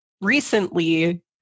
recently